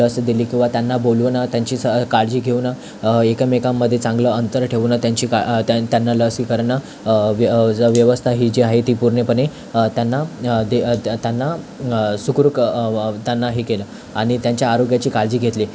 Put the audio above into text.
लस दिली किंवा त्यांना बोलवून त्यांची स् काळजी घेऊन एकमेकांमध्ये चांगलं अंतर ठेवून त्यांची का त्या त्यांना लसीकरण व व्यवस्था ही जी आहे जी पूर्णपणे त्यांना द त्यांना सुखरूप त्यांना हे केल आणि त्यांचा आरोग्याची काळजी घेतली